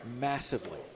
massively